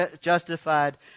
justified